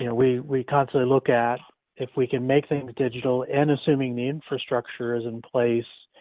you know we we constant look at if we can make things digital, and assuming the infrastructure is in place,